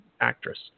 actress